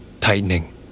tightening